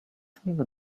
twojego